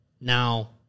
Now